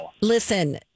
Listen